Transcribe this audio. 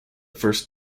first